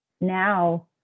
now